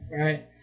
Right